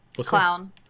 Clown